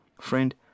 Friend